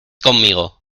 conmigo